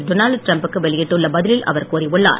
Donald Trump க்கு வெளியிட்டள்ள பதிலில் அவர் கூறியுள்ளார்